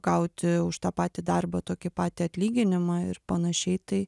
gauti už tą patį darbą tokį patį atlyginimą ir panašiai tai